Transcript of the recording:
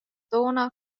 toona